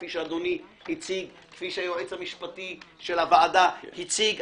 כפי שהיועץ המשפטי של הוועדה הציג.